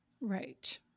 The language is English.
Right